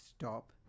stop